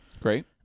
great